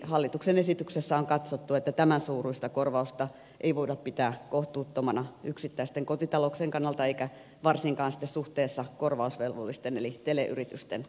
hallituksen esityksessä on katsottu että tämänsuuruista korvausta ei voida pitää kohtuuttomana yksittäisten kotitalouksien kannalta eikä varsinkaan sitten suhteessa korvausvelvollisten eli teleyritysten liiketoimintaan